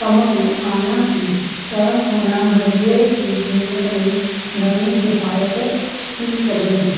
कमु में आणिया थी त हुन घड़ीअ जी क़ीमत में घणी किफ़ायत थी सघंदी